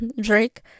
drake